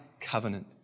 covenant